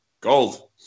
Gold